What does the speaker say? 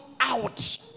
out